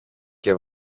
και